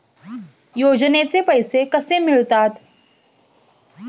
योजनेचे पैसे कसे मिळतात?